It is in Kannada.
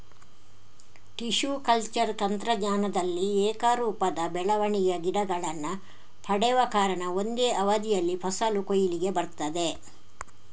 ಟಿಶ್ಯೂ ಕಲ್ಚರ್ ತಂತ್ರಜ್ಞಾನದಲ್ಲಿ ಏಕರೂಪದ ಬೆಳವಣಿಗೆಯ ಗಿಡಗಳನ್ನ ಪಡೆವ ಕಾರಣ ಒಂದೇ ಅವಧಿಯಲ್ಲಿ ಫಸಲು ಕೊಯ್ಲಿಗೆ ಬರ್ತದೆ